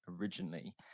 originally